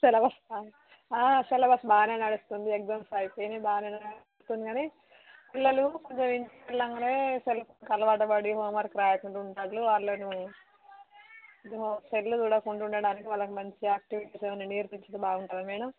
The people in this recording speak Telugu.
సిలబస్ ఆ సిలబస్ బాగానే నడుస్తుంది ఎగ్జామ్స్ అయిపోయాయి బాగానే నడుస్తుంది కానీ పిల్లలు కొంచెం ఇంటికెళ్ళగానే సెలవులకి అలవాటు పడి హోంవర్క్ రాయకుండా ఉన్నారు వాళ్ళు వాళ్ళను సెల్లు చూడకుండా ఉండటానికి వాళ్ళను మంచిగా యాక్టివిటీస్ ఏమైనా యాక్టివిటీస్ నేర్పిస్తే బాగుంటుందా మేడం